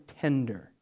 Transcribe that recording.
tender